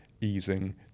easing